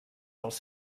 dels